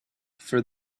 for